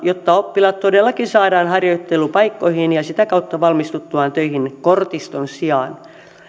jotta oppilaat todellakin saadaan harjoittelupaikkoihin ja sitä kautta valmistuttuaan töihin kortiston sijaan